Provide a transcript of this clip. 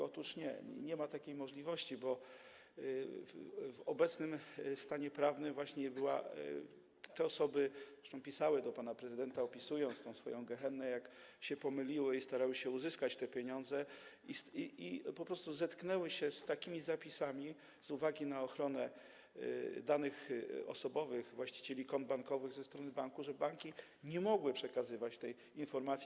Otóż nie, nie ma takiej możliwości, bo w obecnym stanie prawnym było tak, że te osoby pisały do pana prezydenta, opisując tę swoją gehennę, jak się pomyliły i starały się uzyskać te pieniądze, i po prostu zetknęły się z takimi zapisami z uwagi na ochronę danych osobowych właścicieli kont bankowych ze strony banków, że banki nie mogły przekazywać tej informacji.